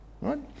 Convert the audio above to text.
Right